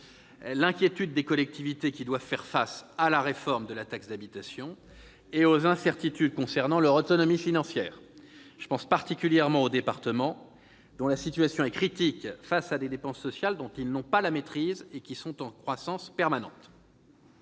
l'inquiétude des collectivités, qui doivent faire face à la réforme de la taxe d'habitation et aux incertitudes concernant leur autonomie financière. Je pense particulièrement aux départements, dont la situation est critique face à des dépenses sociales dont ils n'ont pas la maîtrise et qui sont en croissance permanente.